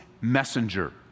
messenger